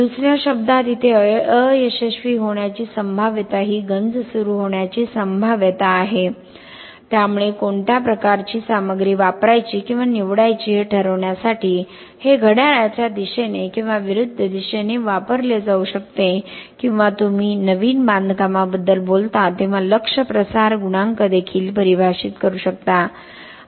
दुसर्या शब्दात इथे अयशस्वी होण्याची संभाव्यता ही गंज सुरू होण्याची संभाव्यता आहे त्यामुळे कोणत्या प्रकारची सामग्री वापरायची किंवा निवडायची हे ठरवण्यासाठी हे घड्याळाच्या दिशेने किंवा विरुद्ध दिशेने वापरले जाऊ शकते किंवा तुम्ही नवीन बांधकामाबद्दल बोलता तेव्हा लक्ष्य प्रसार गुणांक देखील परिभाषित करू शकता